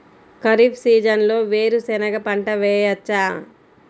ఖరీఫ్ సీజన్లో వేరు శెనగ పంట వేయచ్చా?